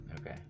Okay